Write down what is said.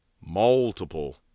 multiple